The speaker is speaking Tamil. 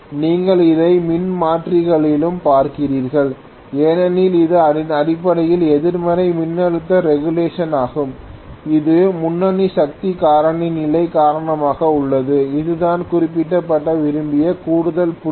நீங்கள் இதை மின்மாற்றிகளிலும் பார்த்தீர்கள் எனவே இது அடிப்படையில் எதிர்மறை மின்னழுத்த ரெகுலேஷன் ஆகும் இது முன்னணி சக்தி காரணி நிலை காரணமாக உள்ளது இது நான் குறிப்பிட விரும்பிய கூடுதல் புள்ளி